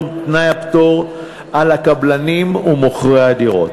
תנאי הפטור על הקבלנים ומוכרי הדירות,